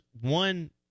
one